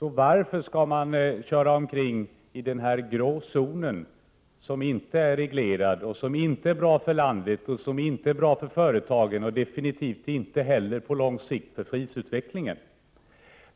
varför skall man då köra omkring i denna grå zon, som inte är reglerad och som inte är bra för landet, för företagen och på lång sikt definitivt inte heller för prisutvecklingen?